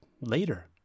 later